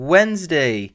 Wednesday